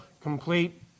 complete